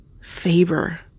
favor